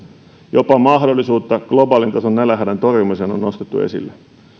jopa mahdollisuutta globaalin tason nälänhädän torjumiseen on nostettu esille